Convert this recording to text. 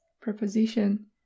preposition